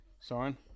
Soren